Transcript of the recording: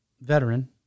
veteran